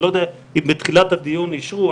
אני לא יודע אם בתחילת הדיון אישרו,